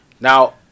Now